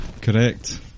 Correct